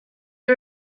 had